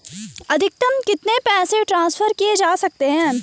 अधिकतम कितने पैसे ट्रांसफर किये जा सकते हैं?